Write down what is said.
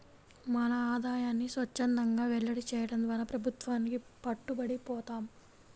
మన ఆదాయాన్ని స్వఛ్చందంగా వెల్లడి చేయడం ద్వారా ప్రభుత్వానికి పట్టుబడి పోతాం